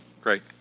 Great